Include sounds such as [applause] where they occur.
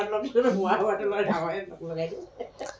[unintelligible]